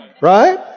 Right